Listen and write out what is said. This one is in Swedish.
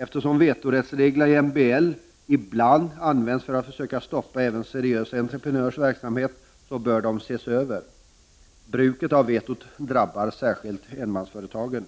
Eftersom vetorättsreglerna i MBL ibland används för att försöka stoppa även seriösa entreprenörers verksamhet bör de ses över. Bruket av vetot drabbar särskilt enmansföretagen.